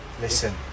Listen